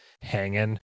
hanging